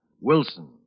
Wilson